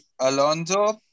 Alonso